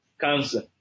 cancer